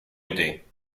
aidée